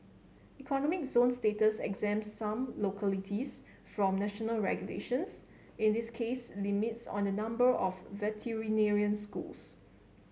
economic zone status exempts some localities from national regulations in this case limits on the number of veterinary schools